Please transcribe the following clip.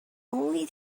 only